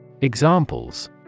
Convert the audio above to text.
Examples